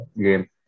game